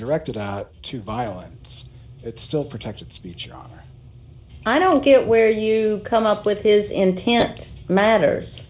directed to violence it's still protected speech i don't get where you come up with his intent matters